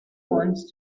wants